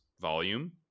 volume